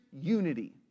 unity